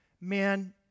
man